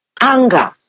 anger